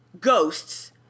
ghosts